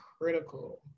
critical